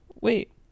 wait